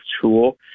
tool